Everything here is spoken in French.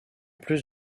plus